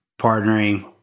partnering